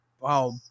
Wow